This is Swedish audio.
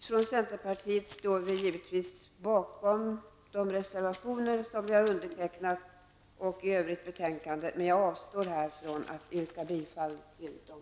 Från centerpartiet står vi givetvis bakom de reservationer som vi har fogat till betänkandet, men jag avstår från att yrka bifall till dem.